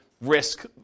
risk